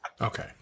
Okay